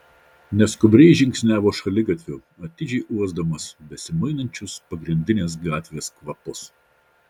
neskubriai žingsniavo šaligatviu atidžiai uosdamas besimainančius pagrindinės gatvės kvapus